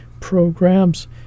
programs